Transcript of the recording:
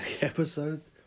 episodes